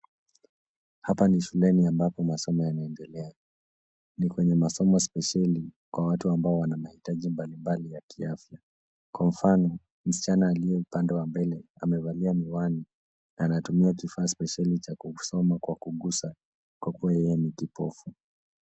Hapa ni shuleni ambapo masomo yanaendelea. Ni kwenye masomo spesheli kwa watu ambao wana mahitaji mbalimbali ya kiafya. Kwa mfano, msichana aliye upande wa mbele amevalia miwani na anatumia kifaa spesheli cha kusoma kwa kugusa kwa kuwa yeye ni kipofu.